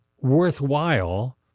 worthwhile